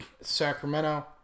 Sacramento